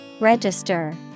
Register